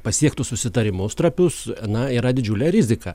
pasiektus susitarimus trapius na yra didžiulė rizika